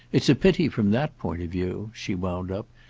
it's a pity, from that point of view, she wound up,